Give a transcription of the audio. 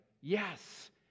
Yes